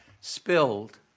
spilled